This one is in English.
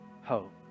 hope